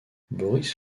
boris